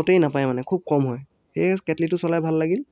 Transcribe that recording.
মতেই নেপায় মানে খুব কম হয় সেয়েহে কেটলিটো চলাই ভাল লাগিল